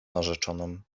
narzeczoną